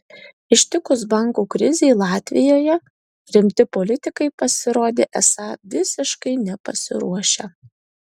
ištikus bankų krizei latvijoje rimti politikai pasirodė esą visiškai nepasiruošę